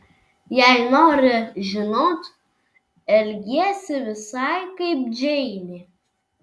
jei nori žinot elgiesi visai kaip džeinė